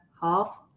half